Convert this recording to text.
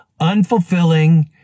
unfulfilling